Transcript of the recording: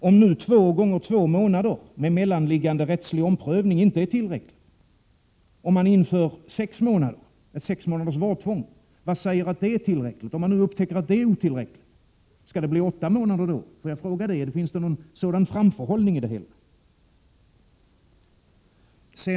Om nu två gånger två månader, med mellanliggande rättslig omprövning, inte är tillräckligt och ett sex månaders vårdtvång införs, vad säger att det är tillräckligt? Om det nu upptäcks att det är otillräckligt, skall det bli åtta månader då? Får jag fråga det? Finns det någon sådan framförhållning i det hela?